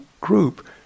group